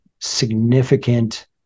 significant